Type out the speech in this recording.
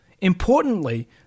Importantly